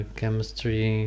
chemistry